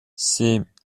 семь